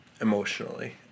emotionally